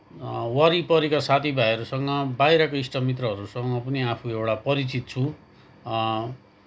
वरिपरिका साथीभाइहरूसँग बाहिरको इष्टमित्रहरूसँग पनि आफू एउटा परिचित छु